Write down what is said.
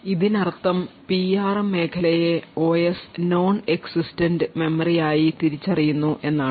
ഇതിനർത്ഥം പിആർഎം മേഖലയെ OS non existent മെമ്മറിയായി തിരിച്ചറിയുന്നു എന്നതാണ്